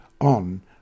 on